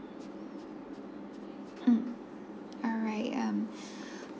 mm alright um